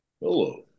Hello